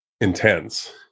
intense